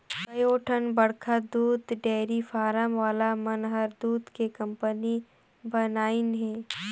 कयोठन बड़खा दूद डेयरी फारम वाला मन हर दूद के कंपनी बनाईंन हें